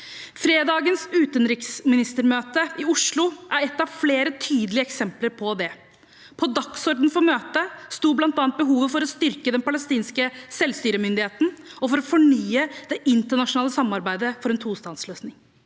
Fredagens utenriksministermøte i Oslo er et av flere tydelige eksempler på det. På dagsordenen for møtet sto bl.a. behovet for å styrke den palestinske selvstyremyndigheten og for å fornye det internasjonale samarbeidet for en tostatsløsning.